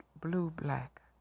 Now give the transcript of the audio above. blue-black